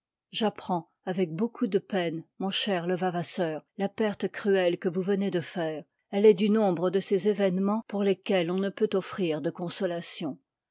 j'apprends avec beaucoup de peine mon liv i cher levavasseur la perte cruelle que vous venez de faire elle est du nombre de ces événemens pour lesquels on ne peut offrir de consolation